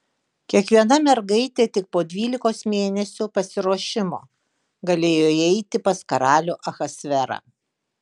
kiekviena mergaitė tik po dvylikos mėnesių pasiruošimo galėjo įeiti pas karalių ahasverą